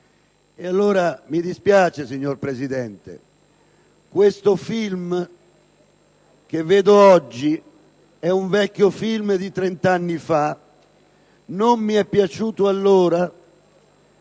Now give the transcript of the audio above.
Mi dispiace, signor Presidente, ma il film che vedo oggi è un vecchio film di 31 anni fa: non mi è piaciuto allora